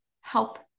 help